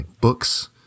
books